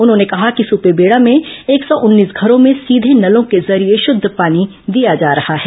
उन्होंने कहा कि सूपेवेडॉ में एक सौ उन्नौस घरों में सीधे नलों के जरिए शुद्ध पानी दिया जा रहा है